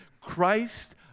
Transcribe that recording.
Christ